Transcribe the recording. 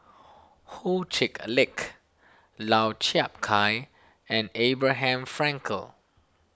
Ho Check Lick Lau Chiap Khai and Abraham Frankel